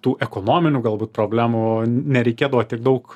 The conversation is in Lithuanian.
tų ekonominių galbūt problemų nereikėdavo tiek daug